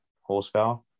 horsepower